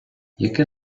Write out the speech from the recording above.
яке